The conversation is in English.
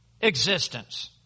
existence